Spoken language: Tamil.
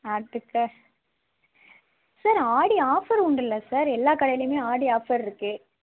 மாற்றிட்டேன் சார் ஆடி ஆஃபர் உண்டுல சார் எல்லா கடைலயுமே ஆடி ஆஃபர் இருக்கே